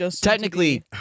technically